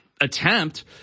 attempt